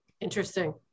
Interesting